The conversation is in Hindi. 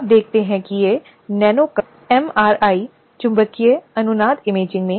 अब इस मामले में जो बहुत महत्वपूर्ण है वह आपके मामले का बचाव है